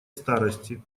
старости